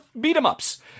beat-em-ups